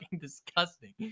disgusting